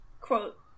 quote